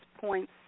points